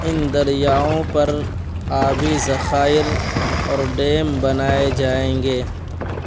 ان دریاؤں پر آبی ذخائر اور ڈیم بنائے جائیں گے